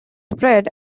spread